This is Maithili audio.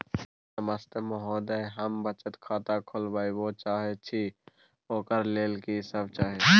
नमस्ते महोदय, हम बचत खाता खोलवाबै चाहे छिये, ओकर लेल की सब चाही?